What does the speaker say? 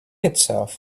itself